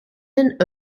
and